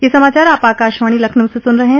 ब्रे क यह समाचार आप आकाशवाणी लखनऊ से सुन रहे हैं